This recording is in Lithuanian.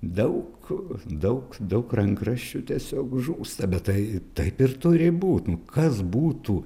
daug daug daug rankraščių tiesiog žūsta bet tai taip ir turi būt nu kas būtų